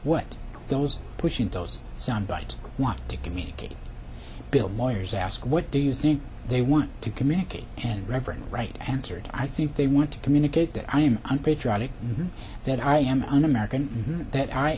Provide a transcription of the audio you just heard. what those pushing those sound bites want to communicate bill moyers asked what do you think they want to communicate and reverend wright answered i think they want to communicate that i am unpatriotic that i am un american that i